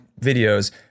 videos